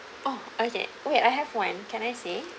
oh okay wait I have one can I say